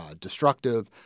destructive